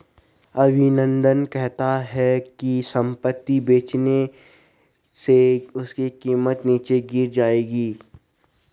अभिनंदन कहता है कि संपत्ति बेचने से उसकी कीमत नीचे गिर जाएगी